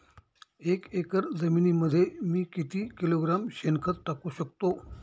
एक एकर जमिनीमध्ये मी किती किलोग्रॅम शेणखत टाकू शकतो?